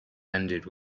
ended